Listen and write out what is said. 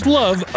love